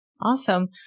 Awesome